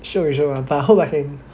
社会学 but hope I can